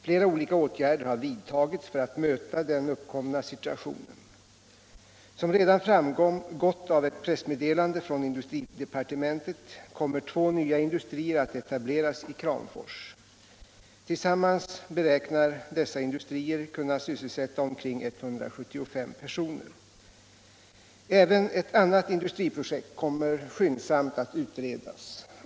Flera olika åtgärder har vidtagits för att möta den uppkomna situationen. Som redan framgått av ett pressmeddelande från industridepartementet kommer två nya industrier att etableras i Kramfors. Tillsammans beräknar dessa industrier kunna sysselsätta omkring 175 personer. Även ett annat industriprojekt kommer skyndsamt att utredas.